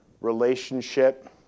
relationship